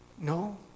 No